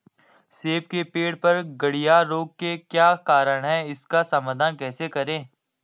सेब के पेड़ पर गढ़िया रोग के क्या कारण हैं इसका समाधान कैसे करें?